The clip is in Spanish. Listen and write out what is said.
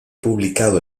publicado